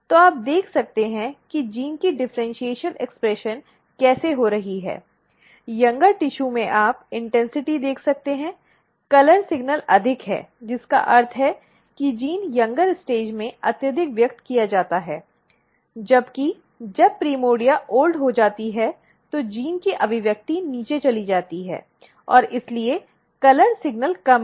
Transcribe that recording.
तो आप देख सकते हैं कि जीन की डिफॅरेन्शॅल अभिव्यक्ति कैसे हो रही है युवा टिशू में आप इन्टिन्सिटी देख सकते हैं रंग सिग्नल अधिक है जिसका अर्थ है कि जीन युवा अवस्था में अत्यधिक व्यक्त किया जाता है जब कि जब प्राइमर्डिया ओल्ड हो जाती है तो जीन की अभिव्यक्ति नीचे चली जाती है और इसलिए रंग संकेत कम है